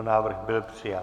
Návrh byl přijat.